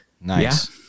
nice